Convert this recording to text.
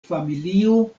familio